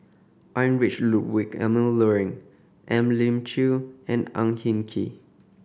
Heinrich Ludwig Emil Luering Elim Chew and Ang Hin Kee